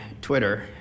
Twitter